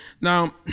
Now